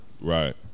Right